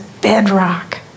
bedrock